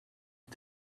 his